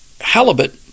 Halibut